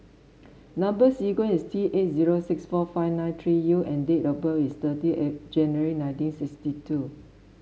number sequence is T eight zero six four five nine three U and date of birth is thirty January nineteen sixty two